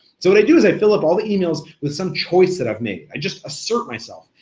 so what i do is i fill up all the emails with some choice that i've made, i just assert myself.